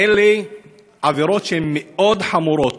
אלה עבירות שהן מאוד חמורות.